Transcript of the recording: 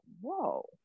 whoa